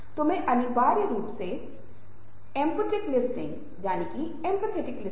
तो ये उनकी ताकत हैं लेकिन साथ ही साथ उन्हें कुछ कमजोरियाँ भी मिली हैं